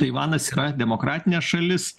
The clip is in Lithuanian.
taivanas yra demokratinė šalis